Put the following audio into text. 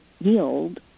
yield